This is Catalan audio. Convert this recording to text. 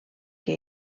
que